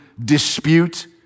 dispute